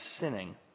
sinning